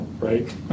right